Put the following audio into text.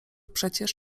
przecież